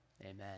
amen